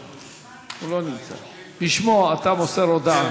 אתה מוסר הודעה.